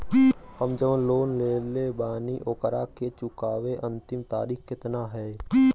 हम जवन लोन लेले बानी ओकरा के चुकावे अंतिम तारीख कितना हैं?